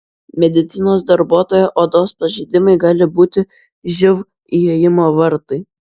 medicinos darbuotojo odos pažeidimai gali būti živ įėjimo vartai